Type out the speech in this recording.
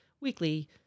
weekly